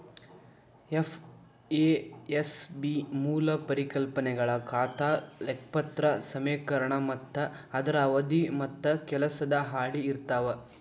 FASB ಮೂಲ ಪರಿಕಲ್ಪನೆಗಳ ಖಾತಾ ಲೆಕ್ಪತ್ರ ಸಮೇಕರಣ ಮತ್ತ ಅದರ ಅವಧಿ ಮತ್ತ ಕೆಲಸದ ಹಾಳಿ ಇರ್ತಾವ